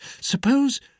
suppose